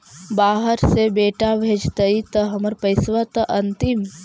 बाहर से बेटा भेजतय त हमर पैसाबा त अंतिम?